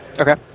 Okay